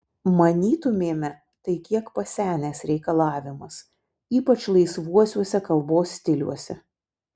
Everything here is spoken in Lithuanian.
manytumėme tai kiek pasenęs reikalavimas ypač laisvuosiuose kalbos stiliuose